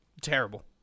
terrible